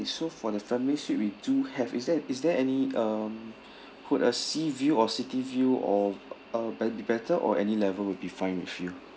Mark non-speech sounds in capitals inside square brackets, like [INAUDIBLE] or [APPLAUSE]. so for the family suite we do have is there is there any um [BREATH] would a sea view or city view or uh bett~ better or any level will be fine with you